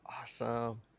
Awesome